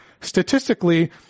Statistically